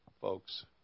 folks